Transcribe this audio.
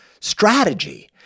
strategy